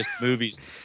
movies